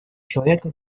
человека